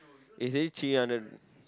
is already three hundred